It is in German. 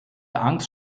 angst